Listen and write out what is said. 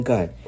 God